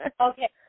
okay